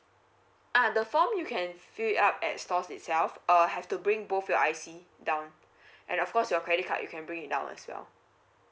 uh the form you can fill it up at stores itself uh have to bring both your I_C down and of course your credit card you can bring it down as well